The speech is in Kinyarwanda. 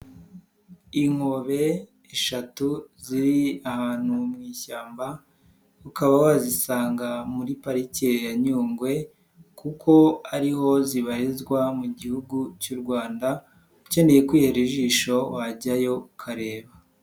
Inkombe eshatu ziri ahantu mu ishyamba, ukaba wazisanga muri Parike ya Nyungwe kuko ariho zibarizwa mu gihugu cy'u Rwanda, ukeneye kwihera ijisho wajyayo ukareba.